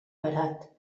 barat